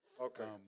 Okay